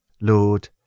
lord